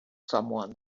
someone